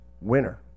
winner